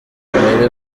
mpere